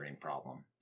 problem